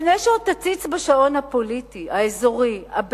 לפני שעוד תציץ בשעון הפוליטי האזורי, הבין-לאומי,